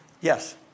Yes